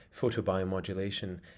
Photobiomodulation